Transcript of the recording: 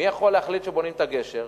מי יכול להחליט שבונים את הגשר?